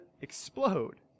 explode